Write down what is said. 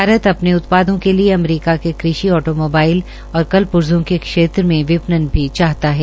भारत अपने उत्पादों के लिए अमरीका के कृशि ऑटोमोबाईल और कलपुर्जों के क्षेत्र में विपणन भी चाहता है